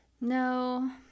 No